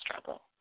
struggle